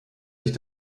sich